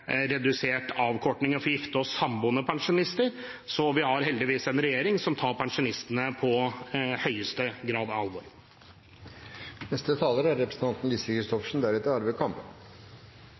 redusert avkortningen for gifte og samboende pensjonister. Vi har heldigvis en regjering som tar pensjonistene på største alvor. Bakgrunnen for at vi har dette representantforslaget til behandling, er